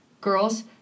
Girls